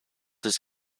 his